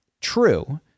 true